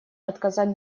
отказать